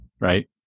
right